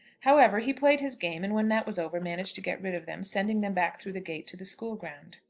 however, he played his game, and when that was over, managed to get rid of them, sending them back through the gate to the school-ground.